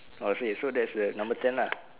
oh see so that's the number ten lah